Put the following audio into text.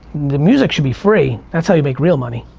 the music should be free, that's how you make real money.